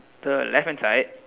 the left hand side